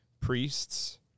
priests